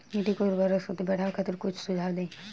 मिट्टी के उर्वरा शक्ति बढ़ावे खातिर कुछ सुझाव दी?